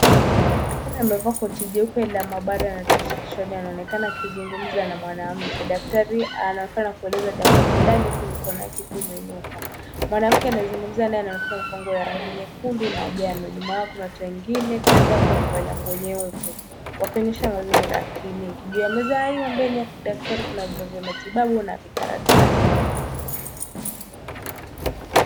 Daktari amevaa koti jeupe la maabara na tochi kichwani anaonekana akizungumza na mwanamke, daktari anaonekana kueleza jambo fulani huku mikono yake ikiwa imeinuka, mwanamke anayezungumza naye anaoneka kuwa na nguo ya rangi nyekundu na njano nyuma yao kuna watu wengine kadhaa wakiwa wamevalia nguo nyeupe wakionyesha mazingira ya kliniki, juu ya meza hiyo mbele ya daktari kuna vyombo vya matibabu na vikaratasi .